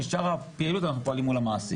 ואת שאר הפעילות אנחנו עושים מול המעסיק,